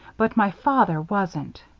but my father wasn't.